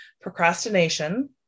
procrastination